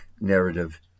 narrative